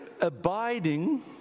Abiding